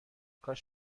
کاش